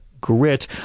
grit